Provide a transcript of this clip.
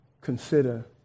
consider